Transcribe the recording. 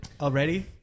already